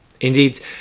Indeed